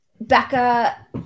Becca